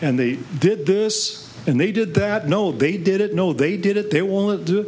and they did this and they did that no they did it no they did it they won't do